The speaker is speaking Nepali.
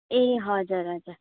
ए हजुर हजुर